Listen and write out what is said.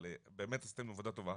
אבל באמת עשיתם עבודה טובה.